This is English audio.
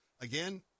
Again